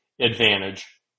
advantage